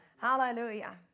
Hallelujah